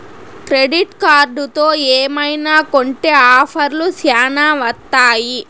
credit కార్డుతో ఏమైనా కొంటె ఆఫర్లు శ్యానా వత్తాయి